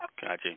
Gotcha